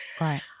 right